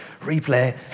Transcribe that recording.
replay